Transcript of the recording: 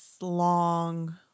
long